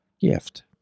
gift